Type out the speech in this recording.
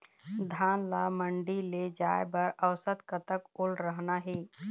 धान ला मंडी ले जाय बर औसत कतक ओल रहना हे?